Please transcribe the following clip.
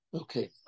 Okay